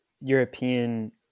European